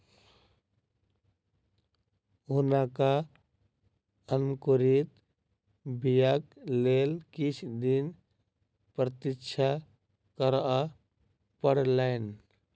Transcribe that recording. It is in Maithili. हुनका अंकुरित बीयाक लेल किछ दिन प्रतीक्षा करअ पड़लैन